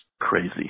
crazy